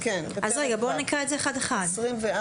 "תא"